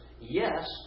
yes